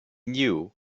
knew